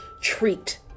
treat